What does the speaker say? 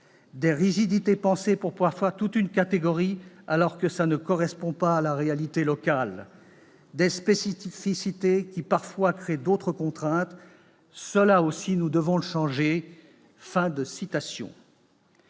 Des rigidités pensées pour parfois toute une catégorie alors que ça ne correspond pas à la réalité locale ! Des spécificités qui parfois créent d'autres contraintes, cela aussi, nous devons le changer. »